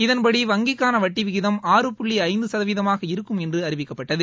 இதன்படி வங்கிக்கான வட்டி விகிதம் ஆறு புள்ளி ஐந்து சதவீதமாக இருக்கும் என்று அறிவிக்கப்பட்டது